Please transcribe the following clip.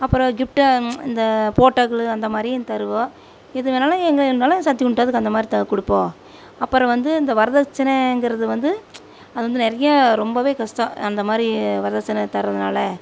அப்பறம் கிஃப்ட்டு இந்த போட்டோக்கள் அந்தமாதிரியும் தருவோம் எதுவேனாலும் எங்கே வேணாலும் சக்திக்கு உண்டதுக்கு தகுந்தமாதிரி கொடுப்போம் அப்பறம் வந்து இந்த வரதட்சணைங்கிறது வந்து அது வந்து நிறையா ரொம்பவே கஷ்டோம் அந்தமாதிரி வரதட்சணை தரதுனால்